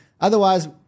Otherwise